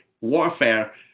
warfare